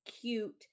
cute